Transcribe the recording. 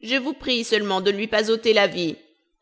je vous prie seulement de ne lui pas ôter la vie